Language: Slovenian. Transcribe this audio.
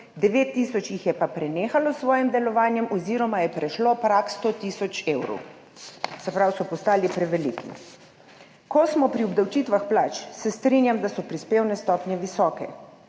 tisoč pa jih je prenehalo s svojim delovanjem oziroma je prešlo prag 100 tisoč evrov, se pravi so postali preveliki. Ko smo pri obdavčitvah plač, se strinjam, da so prispevne stopnje visoke,